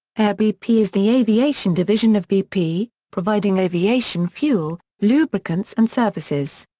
air bp is the aviation division of bp, providing aviation fuel, lubricants and services.